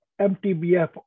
MTBF